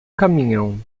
caminhão